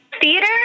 theater